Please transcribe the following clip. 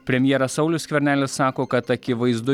premjeras saulius skvernelis sako kad akivaizdu